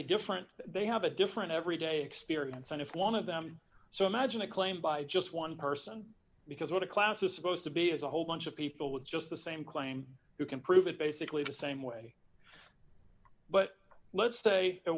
a different they have a different everyday experience and if one of them so imagine a claim by just one person because what a class is supposed to be as a whole bunch of people with just the same claim who can prove it basically the same way but let's say a